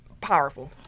powerful